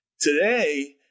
today